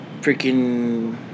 freaking